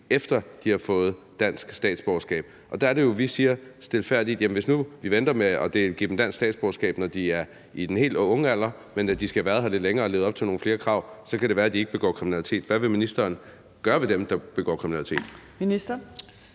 efter de har fået dansk statsborgerskab. Der er det jo, vi siger stilfærdigt: Jamen hvis nu vi venter med at give de helt unge dansk statsborgerskab, indtil de har været har lidt længere og har levet op til nogle flere krav, så kan det være, at de ikke begår kriminalitet. Hvad vil ministeren gøre ved dem, der begår kriminalitet?